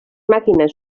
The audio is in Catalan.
màquines